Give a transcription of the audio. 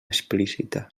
explícita